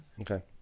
Okay